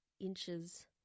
inches